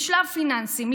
משלב פיננסים,